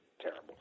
terrible